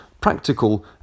practical